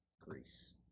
greece